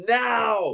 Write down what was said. now